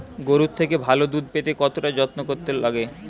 গরুর থেকে ভালো দুধ পেতে কতটা যত্ন করতে লাগে